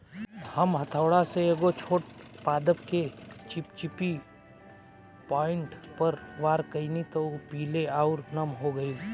हम हथौड़ा से एगो छोट पादप के चिपचिपी पॉइंट पर वार कैनी त उ पीले आउर नम हो गईल